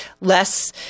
less